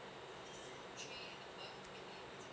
okay